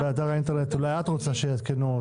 לגבי אתר האינטרנט אולי את רוצה שיעדכנו,